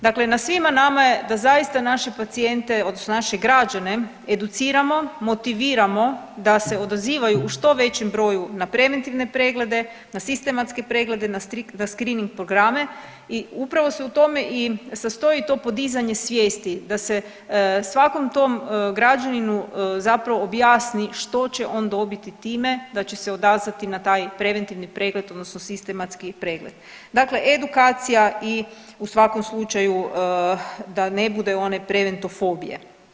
Dakle, na svima nama je da zaista naše pacijente odnosno naše građane educiramo, motiviramo da se odazivaju u što većem broju na preventivne preglede, na sistematske preglede, na screening programe i upravo se u tome i sastoji to podizanje svijesti da se svakom tom građaninu zapravo objasni što će on dobiti time da će se odazvati na taj preventivni pregled odnosno sistematski pregled, dakle edukacija i u svakom slučaju da ne bude one preventofobije.